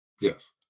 Yes